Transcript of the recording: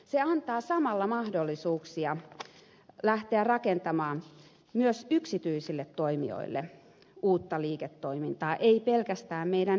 se antaa samalla mahdollisuuksia lähteä rakentamaan myös yksityisille toimijoille uutta liiketoimintaa ei pelkästään meidän yliopistoille